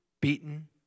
beaten